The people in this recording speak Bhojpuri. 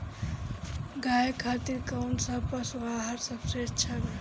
गाय खातिर कउन सा पशु आहार सबसे अच्छा बा?